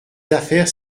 affaires